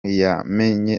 yamye